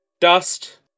Dust